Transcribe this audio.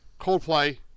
Coldplay